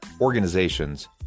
organizations